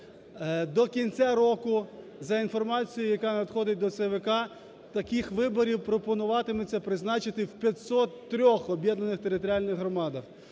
До кінця року за інформацією, яка надходить до ЦВК, і таких виборів пропонуватиметься призначити в 503 об'єднаних територіальних громадах.